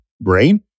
brain